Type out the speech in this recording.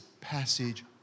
passage